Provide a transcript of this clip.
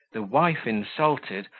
the wife insulted,